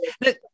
Look